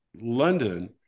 London